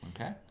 Okay